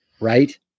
right